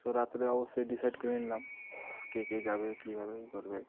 তো রাত্রে অবশ্যই ডিসাইড করে নিলাম কে কে যাবে কীভাবে কী করবে